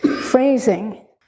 phrasing